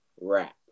wrap